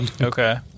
Okay